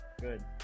Good